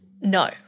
No